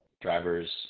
drivers